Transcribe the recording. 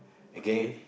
again